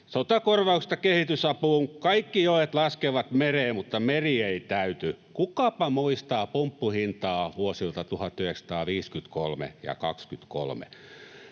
Sotakorvauksesta kehitysapuun kaikki joet laskevat mereen, mutta meri ei täyty. Kukapa muistaa pumppuhintaa vuosilta 1953 ja 2023.